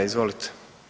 Izvolite.